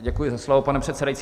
Děkuji za slovo, pane předsedající.